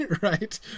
right